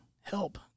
help